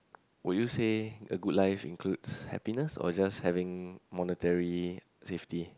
would you said a good life includes happiness or just having monetary safety